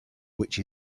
which